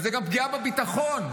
זו גם פגיעה בביטחון,